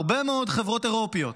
הרבה מאוד חברות אירופיות,